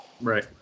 right